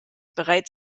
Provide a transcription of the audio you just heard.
bereits